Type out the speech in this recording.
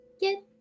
get